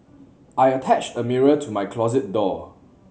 I attached a mirror to my closet door